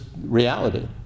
reality